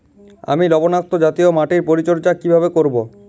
আমি লবণাক্ত জাতীয় মাটির পরিচর্যা কিভাবে করব?